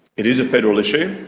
it is a federal issue,